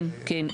כן.